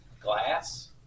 glass